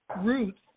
roots